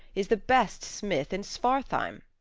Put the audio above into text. is the best smith in svartheim.